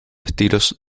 estilos